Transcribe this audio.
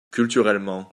culturellement